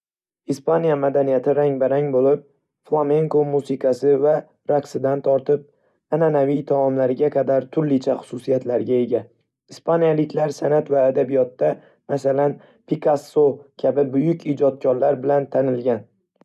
Ispaniya madaniyati rang-barang bo'lib, flamenco musiqasi va raqsidan tortib, an'anaviy taomlariga qadar turlicha xususiyatlarga ega. Ispaniyaliklar san'at va adabiyotda, masalan, Picasso kabi buyuk ijodkorlar bilan tanilgan.